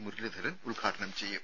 മുരളീധരൻ ഉദ്ഘാടനം ചെയ്യും